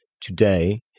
today